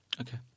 Okay